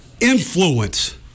influence